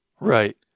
Right